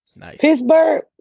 Pittsburgh